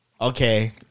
okay